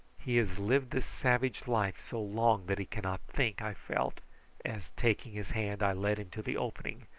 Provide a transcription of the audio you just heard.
he has lived this savage life so long that he cannot think, i felt as, taking his hand, i led him to the opening,